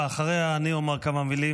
ואחריה אני אומר כמה מילים,